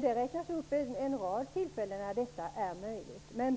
Det räknas upp en rad tillfällen när detta är möjligt. Men